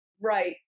right